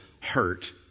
hurt